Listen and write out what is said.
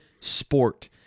sport